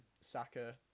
Saka